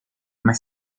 mai